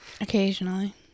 occasionally